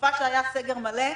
בתקופה בה היה סגר מלא,